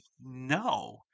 no